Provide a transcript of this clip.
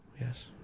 Yes